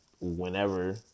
whenever